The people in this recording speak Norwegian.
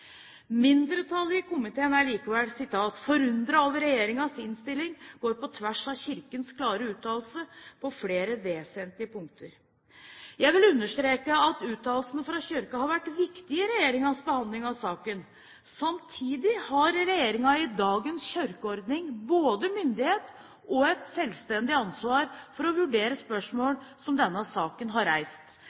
Mindretallet i komiteen er likevel «forundret over at regjeringens innstilling går på tvers av kirkens klare uttalelse på flere vesentlige punkter». Jeg vil understreke at uttalelsene fra Kirken har vært viktige i regjeringens behandling av saken. Samtidig har regjeringen i dagens kirkeordning både myndighet og et selvstendig ansvar for å vurdere spørsmålene som denne saken har reist.